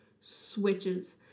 switches